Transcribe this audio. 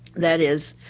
that is,